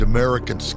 American